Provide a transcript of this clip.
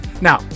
Now